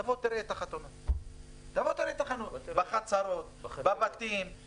תבוא ותראה את החתונות בחצרות, בבתים.